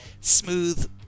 smooth